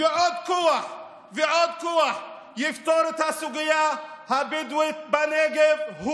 ובעוד כוח ועוד כוח יפתור את הסוגיה הבדואית בנגב,